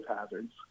hazards